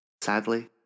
Sadly